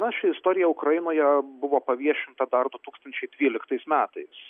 na ši istorija ukrainoje buvo paviešinta dar du tūkstančiai tryliktais metais